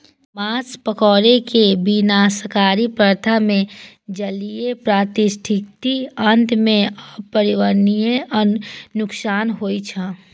माछ पकड़ै के विनाशकारी प्रथा मे जलीय पारिस्थितिकी तंत्र कें अपरिवर्तनीय नुकसान होइ छै